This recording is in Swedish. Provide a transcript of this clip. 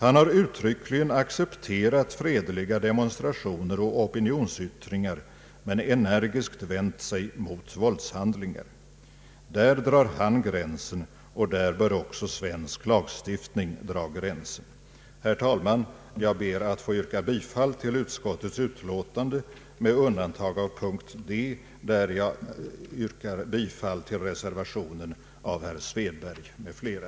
Han har uttryckligen accepterat fredliga demonstrationer och opinionsyttringar men energiskt vänt sig mot våldshandlingar. Där drar han gränsen, och där bör också svensk lagstiftning dra gränsen. Herr talman! Jag ber att få yrka bifall till utskottets hemställan med undantag av punkten D där jag yrkar bifall till reservationen av herr Svedberg m.fl.